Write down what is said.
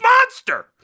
monster